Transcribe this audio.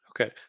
Okay